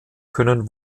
können